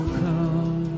come